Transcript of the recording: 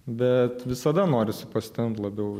bet visada norisi pasitempt labiau